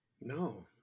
no